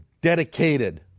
dedicated